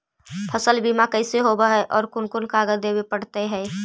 फसल बिमा कैसे होब है और कोन कोन कागज देबे पड़तै है?